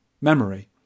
memory